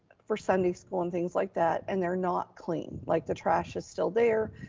for sunday school and things like that. and they're not clean, like the trash is still there.